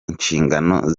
inshingano